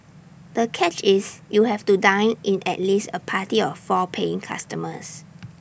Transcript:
the catch is you have to dine in at least A party of four paying customers